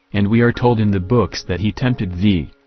and we are told in the books that he tempted thee.